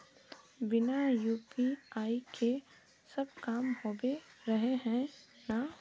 बिना यु.पी.आई के सब काम होबे रहे है ना?